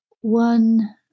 one